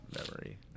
memory